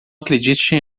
acredite